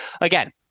again